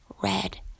red